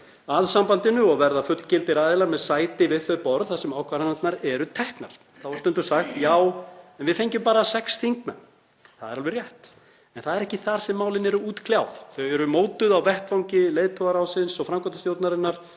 að sambandinu og verða fullgildir aðilar með sæti við það borð þar sem ákvarðanirnar eru teknar. Þá er stundum sagt: Já, en við fengjum bara sex þingmenn. Það er alveg rétt. En það er ekki þar sem málin eru útkljáð. Þau eru mótuð á vettvangi leiðtogaráðsins og framkvæmdastjórnarinnar